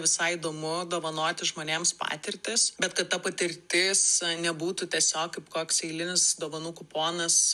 visai įdomu dovanoti žmonėms patirtis bet kad ta patirtis nebūtų tiesiog kaip koks eilinis dovanų kuponas